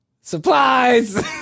Supplies